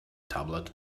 tablet